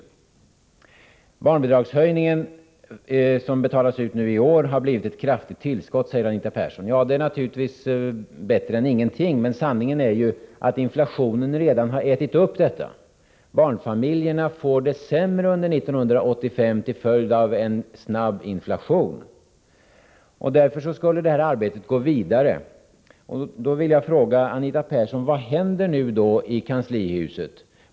Den barnbidragshöjning som betalas ut nu i år har blivit ett kraftigt tillskott, säger Anita Persson. Ja, det är naturligtvis bättre än ingenting. Men sanningen är ju att inflationen redan har ätit upp denna höjning. Barnfamiljerna får det sämre under 1985 till följd av en snabb inflation. Därför skulle detta arbete gå vidare. Då vill jag fråga Anita Persson: Vad händer i kanslihuset?